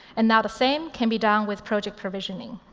and now the same can be done with project provisioning.